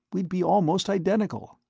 we'd be almost identical.